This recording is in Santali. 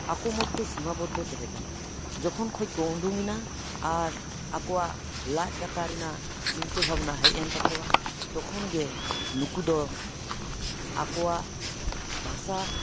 ᱟᱠᱚ ᱢᱚᱫᱽᱫᱷᱮ ᱥᱤᱢᱟ ᱵᱚᱫᱽᱫᱷᱚ ᱛᱟᱦᱮᱸ ᱠᱟᱱᱟ ᱡᱚᱠᱷᱚᱱ ᱠᱷᱚᱱ ᱠᱚ ᱩᱰᱩᱠᱮᱱᱟ ᱟᱨ ᱟᱠᱚᱣᱟᱜ ᱞᱟᱡ ᱫᱟᱠᱟ ᱨᱮᱱᱟᱜ ᱪᱤᱱᱛᱟᱹ ᱵᱷᱟᱵᱱᱟ ᱦᱮᱡ ᱮᱱ ᱛᱟᱠᱚᱣᱟ ᱛᱚᱠᱷᱚᱱ ᱜᱮ ᱱᱩᱠᱩᱫᱚ ᱟᱠᱚᱣᱟᱜ ᱵᱷᱟᱥᱟ